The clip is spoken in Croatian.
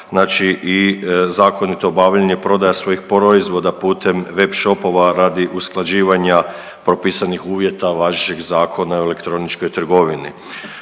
znači i zakonito obavljanje i prodaja svojih proizvoda putem web shopova radi usklađivanja propisanih uvjeta važećeg Zakona o elektroničkoj trgovini.